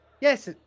Yes